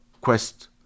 quest